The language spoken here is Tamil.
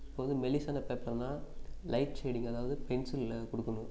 இப்போ வந்து மெலிதான பேப்பருனா லைட்ஸ் ஷேடிங் அதாவது பென்சிலில் கொடுக்கணும்